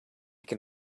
can